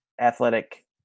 athletic